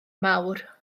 mawr